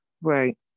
Right